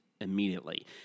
immediately